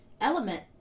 element